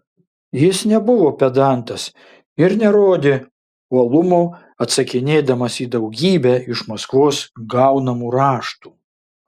jis nebuvo pedantas ir nerodė uolumo atsakinėdamas į daugybę iš maskvos gaunamų raštų